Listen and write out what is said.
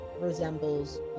resembles